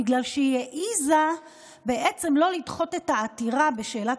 בגלל שהיא העזה לא לדחות את העתירה בשאלת